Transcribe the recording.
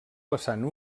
vessant